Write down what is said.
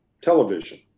television